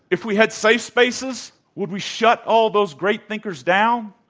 if we had safe spaces would we shut all those great thinkers down?